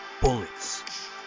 bullets